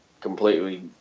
completely